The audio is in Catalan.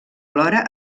alhora